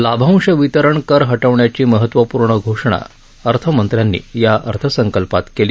लाभांश वितरण कर हटविण्याची महत्वपूर्ण घोषणा अर्थमंत्र्यांनी या अर्थसंकल्पात केली